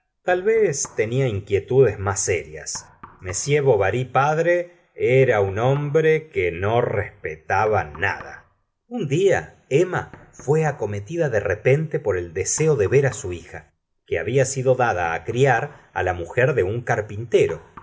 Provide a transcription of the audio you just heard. tal vez tenía inquietudes más serias m bovary padre era un hombre que no respetaba nada un día emma fué acometida de repente por el deseo de ver su hija que había sido dada criar la mujer de un carpintero